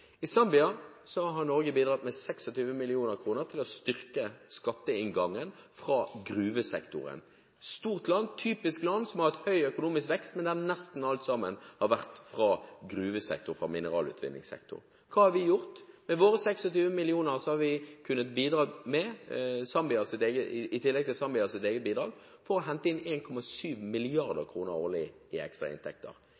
har Norge bidratt med 26 mill. kr til å styrke skatteinngangen fra gruvesektoren. Det er et stort land, et typisk land som har hatt høy økonomisk vekst, men der nesten alt sammen har vært fra gruvesektoren, fra mineralutvinningssektoren. Hva har vi gjort? Med våre 26 mill. kr har vi kunnet bidra med – i tillegg til Zambias eget bidrag – å hente inn